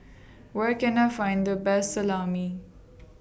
Where Can I Find The Best Salami